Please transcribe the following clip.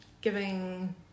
giving